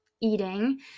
eating